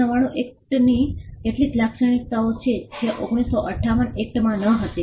1999 એક્ટની કેટલીક લાક્ષણિકતાઓ છે જે 1958 એક્ટમાં નહોતી